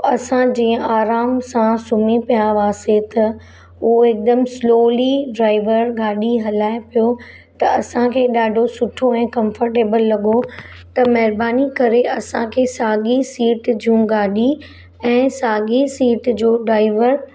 असां जीअं आराम सां सुम्ही पिया हुआसीं त उहो हिकदमु स्लोली ड्राइवर गाॾी हलाए पियो त असांखे ॾाढो सुठो ऐं कम्फटेबल लॻो त महिरबानी करे असांखे साॻी सीट जूं गाॾी ऐं साॻीअ सीट जो ड्राइवर